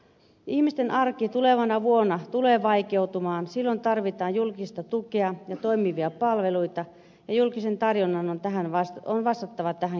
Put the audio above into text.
ihmisten arki tulevana vuonna tulee vaikeutumaan silloin tarvitaan julkista tukea ja toimivia palveluita ja julkisen tarjonnan on vastattava tähän kysyntään